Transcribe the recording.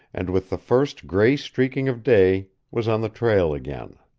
and with the first gray streaking of day was on the trail again.